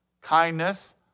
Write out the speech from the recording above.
kindness